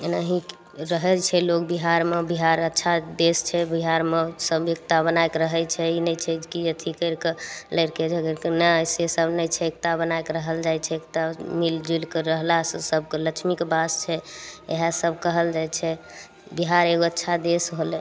एनाही रहय छै लोग बिहारमे बिहार अच्छा देश छै बिहारमे सब एकता बना कऽ रहय छै ई नहि छै कि जे अथी करिके लड़िके झगैड़िके नैहिसे सब नहि छै एकता बनाकऽ रहल जाइ छै एकता मिलि जुलि कऽ रहलासँ सबके लक्ष्मीके बास छै इएह सब कहल जाइ छै बिहार एगो अच्छा देश होलय